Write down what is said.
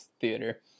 theater